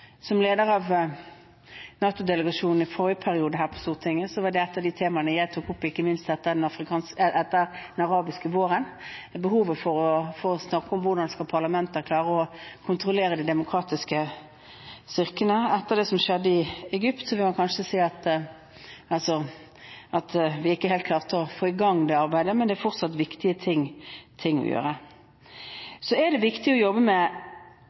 Som leder av NATO-delegasjonen i forrige periode her på Stortinget var dette et av de temaene jeg tok opp, ikke minst etter den arabiske våren – behovet for å snakke om hvordan parlamenter skal klare å få demokratisk kontroll over militære styrker. Etter det som skjedde i Egypt, vil man kanskje si at vi ikke helt klarte å få i gang det arbeidet, men det er fortsatt viktige ting å gjøre. Så er det viktig å jobbe